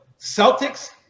Celtics